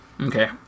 Okay